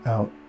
Out